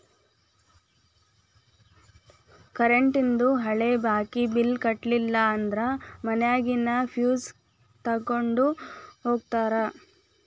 ಕರೆಂಟೇಂದು ಹಳೆ ಬಾಕಿ ಬಿಲ್ಸ್ ಕಟ್ಟಲಿಲ್ಲ ಅಂದ್ರ ಮನ್ಯಾಗಿನ್ ಫ್ಯೂಸ್ ತೊಕ್ಕೊಂಡ್ ಹೋಗ್ತಾರಾ